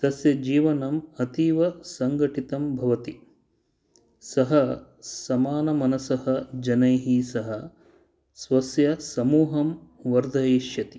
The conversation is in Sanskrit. तस्य जीवनम् अतीवसङ्घटितं भवति सः समानमनसः जनैः सः स्वस्य समूहं वर्धयिष्यति